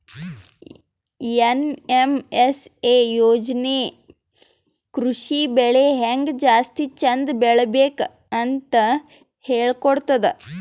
NMSA ಯೋಜನಾ ಕೃಷಿ ಬೆಳಿ ಹೆಂಗ್ ಜಾಸ್ತಿ ಚಂದ್ ಬೆಳಿಬೇಕ್ ಅಂತ್ ಹೇಳ್ಕೊಡ್ತದ್